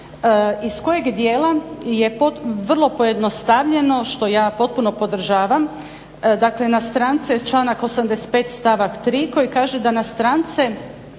iz kojeg dijela je vrlo pojednostavljeno, što ja potpuno podržavam. Dakle na strance članak 85. stavak 3. koji kaže da na strance